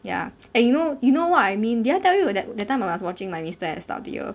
ya and you know you know what I mean did I tell you that that time I was watching my mister at study year